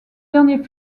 dernier